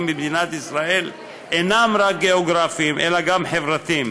במדינת ישראל אינם רק גיאוגרפיים אלא גם חברתיים,